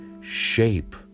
shape